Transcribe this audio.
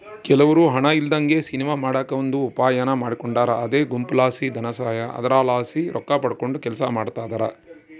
ಕೆಲವ್ರು ಹಣ ಇಲ್ಲದಂಗ ಸಿನಿಮಾ ಮಾಡಕ ಒಂದು ಉಪಾಯಾನ ಮಾಡಿಕೊಂಡಾರ ಅದೇ ಗುಂಪುಲಾಸಿ ಧನಸಹಾಯ, ಅದರಲಾಸಿ ರೊಕ್ಕಪಡಕಂಡು ಕೆಲಸ ಮಾಡ್ತದರ